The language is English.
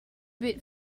bit